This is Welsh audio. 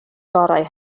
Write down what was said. gorau